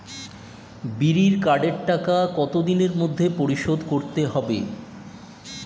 বিড়ির কার্ডের টাকা কত দিনের মধ্যে পরিশোধ করতে হবে?